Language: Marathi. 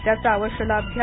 त्याचा आवश्य लाभ घ्या